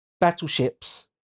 battleships